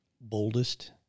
boldest